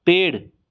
पेड़